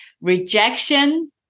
Rejection